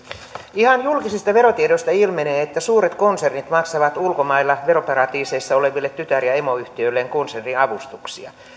ihan julkisista verotiedoista ilmenee että suuret konsernit maksavat ulkomailla veroparatiiseissa oleville tytär ja emoyhtiöilleen konserniavustuksia